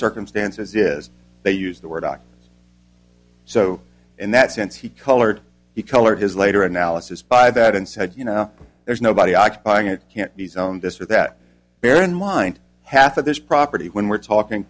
circumstances is they use the word doc so in that sense he colored the color of his later analysis by that and said you know there's nobody occupying it can't be zoned this or that bear in mind half of this property when we're talking